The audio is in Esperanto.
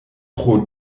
pro